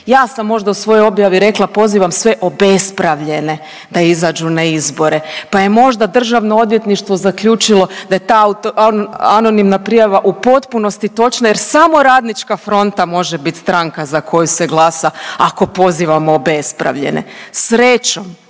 Ja sam možda u svojoj objavi rekla pozivam sve obespravljene da izađu na izbore pa je možda DORH zaključilo da je taj anonimna prijava u potpunosti točna jer samo Radnička fronta može biti stranka za koju se glasa ako pozivamo obespravljene. Srećom